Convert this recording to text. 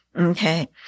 Okay